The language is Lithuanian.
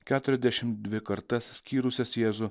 keturiasdešim dvi kartas skyrusias jėzų